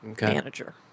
manager